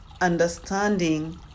understanding